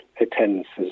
attendances